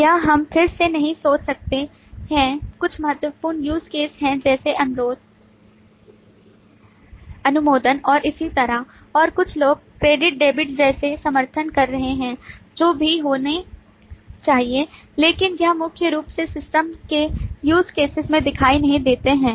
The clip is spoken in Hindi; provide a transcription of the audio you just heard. यह हम फिर से नहीं सोच सकते हैं कुछ महत्वपूर्ण USE CASE हैं जैसे अनुरोध अनुमोदन और इसी तरह और कुछ लोग डेबिट क्रेडिट जैसे समर्थन कर रहे हैं जो भी होने चाहिए लेकिन यह मुख्य रूप से सिस्टम के use cases में दिखाई नहीं देते हैं